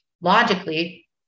logically